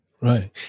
Right